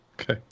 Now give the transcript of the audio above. Okay